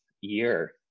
year